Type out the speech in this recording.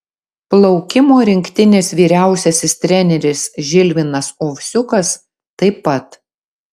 plaukimo rinktinės vyriausiasis treneris žilvinas ovsiukas taip pat